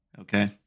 okay